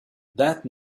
that